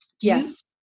Yes